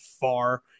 far